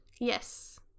Yes